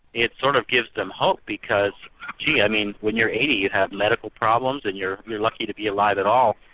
it sort of gives them hope, because gee, i mean when you're eighty you'd have medical problems, and you're you're lucky to be alive at all.